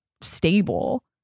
stable